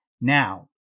Now